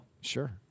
Sure